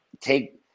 take